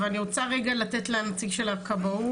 אבל אני רוצה רגע לתת לנציג של הכבאות,